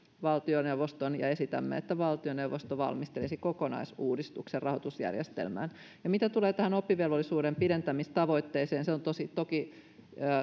ja esitämme että valtioneuvosto valmistelisi kokonaisuudistuksen rahoitusjärjestelmään mitä tulee tähän oppivelvollisuuden pidentämistavoitteeseen se on toki